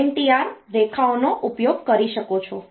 5 INTR રેખાઓનો ઉપયોગ કરી શકો છો